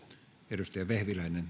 arvoisa